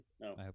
no